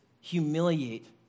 humiliate